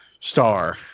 Star